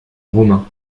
romain